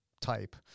type